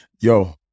yo